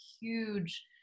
huge